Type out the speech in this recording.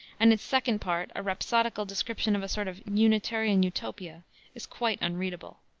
and its second part a rhapsodical description of a sort of unitarian utopia is quite unreadable.